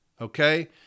Okay